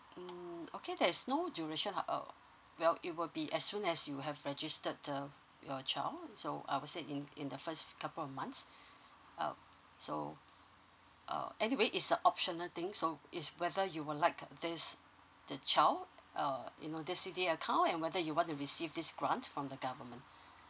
um okay there's no duration of uh well it will be as soon as you have registered the uh your child so I would say in the first couple of months uh so uh anyway it's a optional thing so is whether you would like uh this the child uh you know the C_D_A account and whether you want to receive this grant from the government